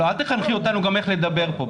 לא, אל תחנכי אותנו גם איך לדבר פה.